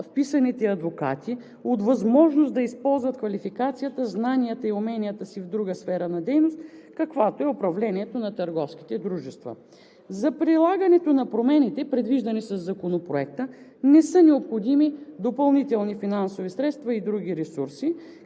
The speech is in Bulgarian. вписаните адвокати от възможност да използват квалификацията, знанията и уменията си в друга сфера на дейност, каквато е управлението на търговските дружества. За прилагането на промените, предвиждани със Законопроекта, не са необходими допълнителни финансови средства и други ресурси,